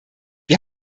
wir